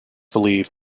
believed